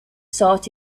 sought